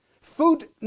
Food